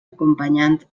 acompanyant